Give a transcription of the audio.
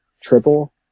triple